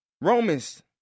Romans